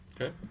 Okay